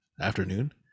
afternoon